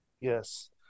Yes